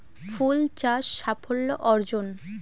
ফুল চাষ সাফল্য অর্জন?